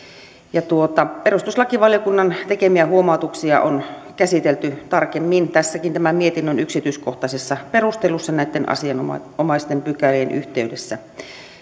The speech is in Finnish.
huomioon perustuslakivaliokunnan tekemiä huomautuksia on käsitelty tarkemmin tässäkin tämän mietinnön yksityiskohtaisissa perusteluissa näitten asianomaisten pykälien yhteydessä